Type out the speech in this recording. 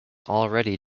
already